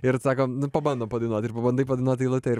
ir sakom nu pabandom padainuot ir pabandai padainuot eilutę ir